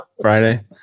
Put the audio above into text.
friday